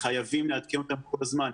חייבים לעדכן אותם כל הזמן,